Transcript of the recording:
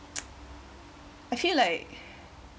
I feel like